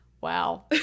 wow